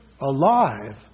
alive